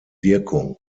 wirkung